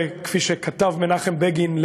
כפי שכתב מנחם בגין,